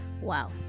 Wow